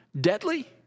deadly